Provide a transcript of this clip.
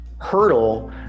hurdle